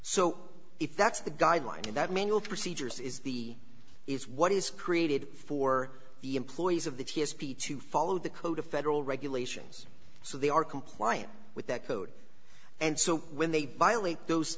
so if that's the guideline that manual procedures is the is what is created for the employees of the t s p to follow the code of federal regulations so they are compliant with that code and so when they violate those